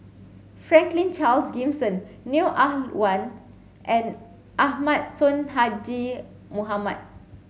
Franklin Charles Gimson Neo Ah Luan and Ahmad Sonhadji Mohamad